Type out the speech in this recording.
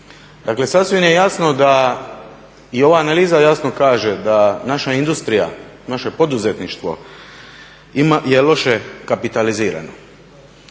Dakle, sasvim je jasno da i ova analiza jasno kaže da naša industrija, naše poduzetništvo je loše kapitalizirano.